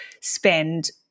spend